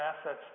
assets